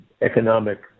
economic